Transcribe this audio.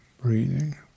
breathing